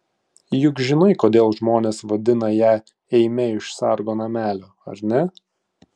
juk žinai kodėl žmonės vadina ją eime iš sargo namelio ar ne